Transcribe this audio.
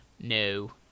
no